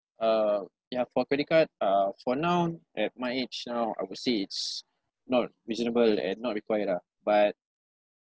uh ya for credit card uh for now at my age now I would say it's not reasonable and not required ah but